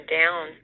down